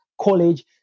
college